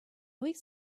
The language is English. weeks